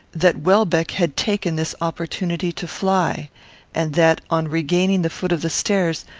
that welbeck had taken this opportunity to fly and that, on regaining the foot of the stairs,